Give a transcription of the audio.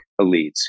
elites